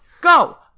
Go